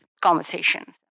conversations